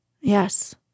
Yes